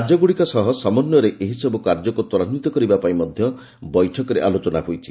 ରାଜ୍ୟଗୁଡ଼ିକ ସହ ସମନ୍ୱୟରେ ଏହିସବୁ କାର୍ଯ୍ୟକୁ ତ୍ୱରାନ୍ୱିତ କରିବା ପାଇଁ ମଧ୍ୟ ବୈଠକରେ ଆଲୋଚନା ହୋଇଛି